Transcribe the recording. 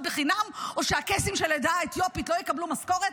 חינם או שהקייסים של העדה האתיופית לא יקבלו משכורת?